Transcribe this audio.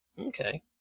Okay